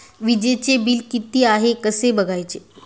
वीजचे बिल किती आहे कसे बघायचे?